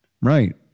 right